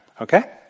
Okay